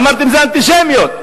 אמרתם, זה אנטישמיות.